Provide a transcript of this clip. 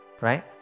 Right